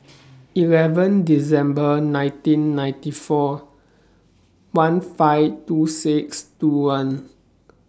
eleven December nineteen ninety four one five two six two one